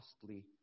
costly